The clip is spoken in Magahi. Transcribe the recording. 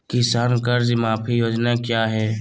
किसान कर्ज माफी योजना क्या है?